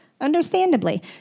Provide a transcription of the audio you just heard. understandably